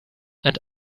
and